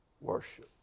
worship